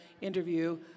interview